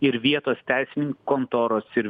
ir vietos teisininkų kontoros ir